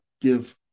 give